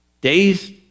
days